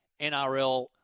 NRL